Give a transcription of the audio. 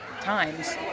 times